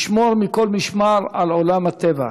לשמור מכל משמר על עולם הטבע,